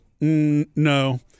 no